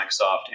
Microsoft